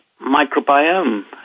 microbiome